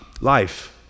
life